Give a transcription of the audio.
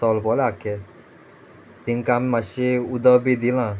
चोल पोलें आख्खें तिंका आमी मातशी उदक बी दिलां